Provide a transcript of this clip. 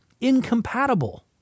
incompatible